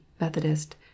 methodist